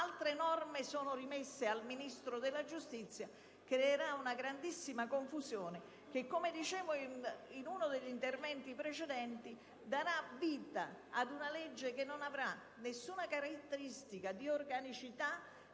altre norme sono rimesse al Ministro della giustizia, creerà una grandissima confusione. Come ho evidenziato in uno degli interventi precedenti, l'Aula darà vita a una legge che non avrà nessuna caratteristica di organicità